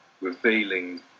revealing